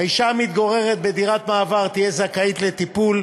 אישה המתגוררת בדירת מעבר תהיה זכאית לטיפול,